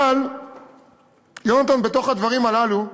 אבל יונתן בתוך הדברים הללו אומר,